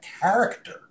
character